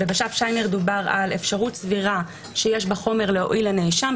שם דובר על אפשרות סבירה שיש בחומר להועיל לנאשם.